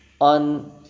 on